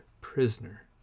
prisoner